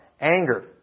anger